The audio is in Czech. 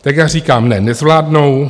Tak já říkám ne, nezvládnou.